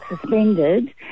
suspended